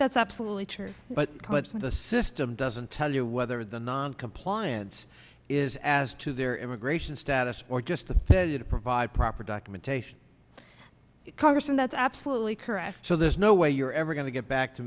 that's absolutely true but what's in the system doesn't tell you whether the noncompliance is as to their immigration status or just the failure to provide proper documentation congress and that's absolutely correct so there's no way you're ever going to get back to